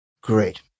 Great